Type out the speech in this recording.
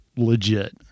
Legit